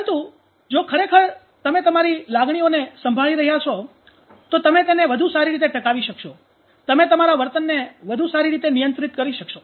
પરંતુ જો ખરેખર તમે તમારી ભાવનાઓલાગણીઓ સંભાળી રહ્યા છો તો તમે તેને વધુ સારી રીતે ટકાવી શકશો તમે તમારા વર્તનને વધુ સારી રીતે નિયંત્રિત કરી શકશો